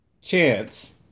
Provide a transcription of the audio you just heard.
chance